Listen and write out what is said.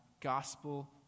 gospel